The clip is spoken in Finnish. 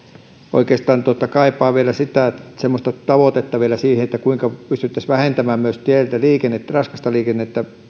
oikeastaan kaipaan vielä semmoista tavoitetta siihen kuinka pystyttäisiin vähentämään myös teiltä raskasta liikennettä